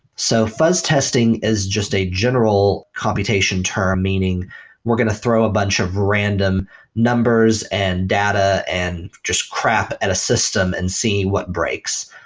so fuzz testing is just a general computation term meaning we're going to throw a bunch of random numbers and data and just crap at a system and see what breaks.